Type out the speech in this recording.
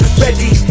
ready